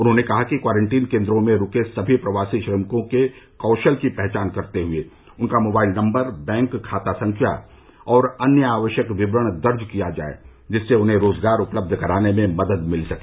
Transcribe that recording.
उन्होंने कहा कि क्वारंटीन केंद्रों में रूके सभी प्रवासी श्रमिकों के कौशल की पहचान करते हुए उनका मोबाइल नंबर बैंक खाता संख्या और अन्य आवश्यक विवरण दर्ज किया जाए जिससे उन्हें रोजगार उपलब्ध कराने में मदद मिल सके